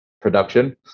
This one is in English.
production